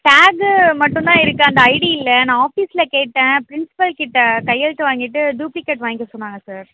bag மட்டுந்தான் இருக்கு அந்த ஐடி இல்லை நான் ஆஃபீஸில் கேட்டேன் ப்ரின்ஸ்பல்க்கிட்டே கையெழுத்து வாங்கிகிட்டு டூப்ளிகேட் வாய்ங்க்க சொன்னாங்க சார்